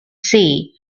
see